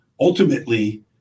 ultimately